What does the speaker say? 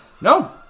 No